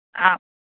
ஆ